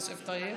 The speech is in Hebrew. התש"ף 2020,